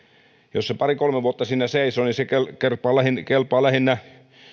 jos se pari kolme vuotta siinä seisoo niin se kelpaa lähinnä